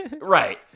Right